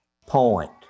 Point